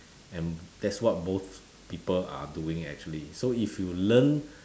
and that's what most people are doing actually so if you learn